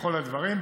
וכל הדברים,